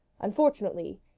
Unfortunately